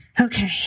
Okay